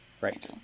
Right